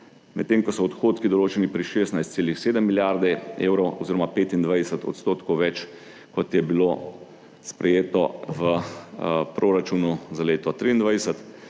medtem ko so odhodki določeni pri 16,7 milijarde evrov oziroma 25 % več kot je bilo sprejeto v proračunu za leto 2023.